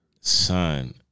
son